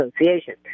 association